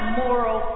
moral